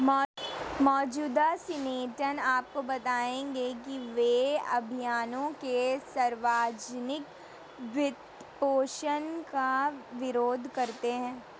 मौजूदा सीनेटर आपको बताएंगे कि वे अभियानों के सार्वजनिक वित्तपोषण का विरोध करते हैं